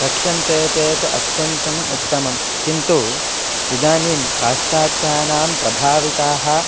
रक्ष्यन्ते चेत् अत्यन्तम् उत्तमं किन्तु इदानीं पाश्चात्यानां प्रभाविताः